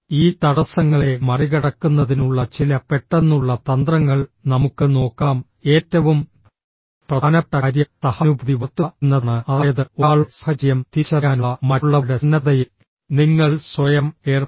ഈ തടസ്സങ്ങളെ മറികടക്കുന്നതിനുള്ള ചില പെട്ടെന്നുള്ള തന്ത്രങ്ങൾ നമുക്ക് നോക്കാം ഏറ്റവും പ്രധാനപ്പെട്ട കാര്യം സഹാനുഭൂതി വളർത്തുക എന്നതാണ് അതായത് ഒരാളുടെ സാഹചര്യം തിരിച്ചറിയാനുള്ള മറ്റുള്ളവരുടെ സന്നദ്ധതയിൽ നിങ്ങൾ സ്വയം ഏർപ്പെടണം